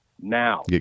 Now